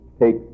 take